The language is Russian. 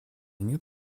нет